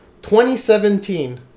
2017